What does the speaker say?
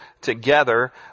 together